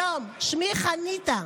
שלום, שמי חניתה.